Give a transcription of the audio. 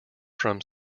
from